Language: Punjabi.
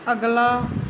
ਅਗਲਾ